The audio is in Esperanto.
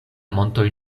montoj